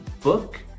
book